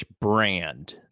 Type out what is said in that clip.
brand